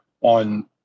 on